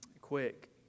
quick